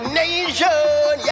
nation